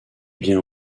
bien